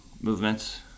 movements